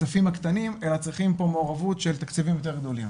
כספים קטנים אלא צריכים כאן מעורבות של תקציבים יותר גדולים.